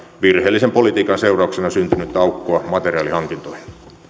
virheellisen politiikan seurauksena syntynyttä aukkoa materiaalihankintoihin